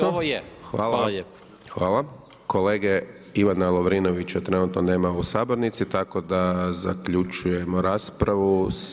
Kolege Ivana Lovrinovića trenutno nema u sabornici tako da zaključujemo raspravu.